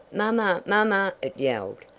mama! mama! it yelled.